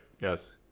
Yes